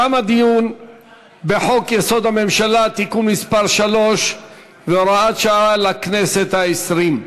תם הדיון בחוק-יסוד: הממשלה (תיקון מס' 3 והוראת שעה לכנסת ה-20).